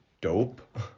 dope